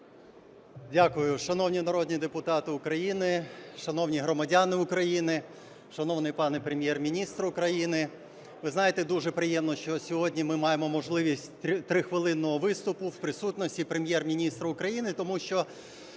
Дякую. Шановні народні депутати України, шановні громадяни України, шановний пане Прем'єр-міністр України! Ви знаєте, дуже приємно, що сьогодні ми маємо можливість 3-хвилинного виступу в присутності Прем'єр-міністра України, тому що